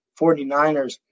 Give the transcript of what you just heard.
49ers